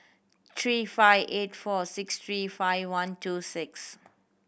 three five eight four six three five one two six